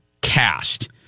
cast